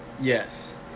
Yes